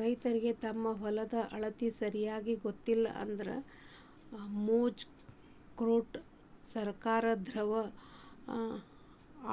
ರೈತರಿಗೆ ತಮ್ಮ ಹೊಲದ ಅಳತಿ ಸರಿಯಾಗಿ ಗೊತ್ತಿಲ್ಲ ಅಂದ್ರ ಮೊಜ್ನಿ ಕೊಟ್ರ ಸರ್ಕಾರದವ್ರ